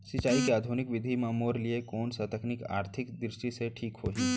सिंचाई के आधुनिक विधि म मोर लिए कोन स तकनीक आर्थिक दृष्टि से ठीक होही?